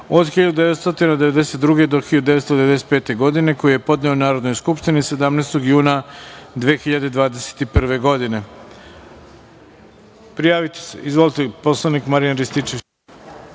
od 1992. do 1995. godine, koji je podneo Narodnoj skupštini 17. juna 2021. godine. Reč